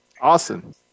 Awesome